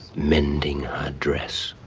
mending her dress,